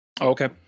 okay